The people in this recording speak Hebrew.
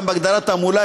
גם בהגדרה "תעמולה",